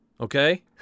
okay